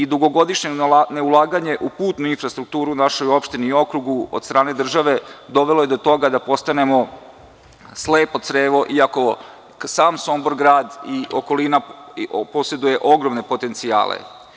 Dugogodišnje neulaganje u putnu infrastrukturu u našoj opštini i okrugu od strane države dovelo je do toga da postanemo slepo crevo, iako sam grad Sombor i okolina poseduje ogromne potencijale.